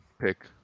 pick